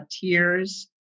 tears